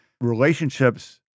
relationships